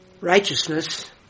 Righteousness